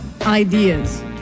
ideas